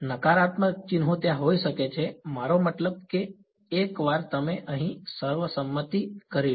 નકારાત્મક ચિહ્નો ત્યાં હોઈ શકે છે મારો મતલબ કે એકવાર તમે અહીં સર્વસંમતિ કરી લો